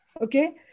Okay